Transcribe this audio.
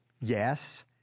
yes